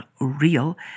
real